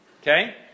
Okay